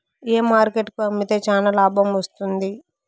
ఏ market కు అమ్మితే చానా లాభం వస్తుంది?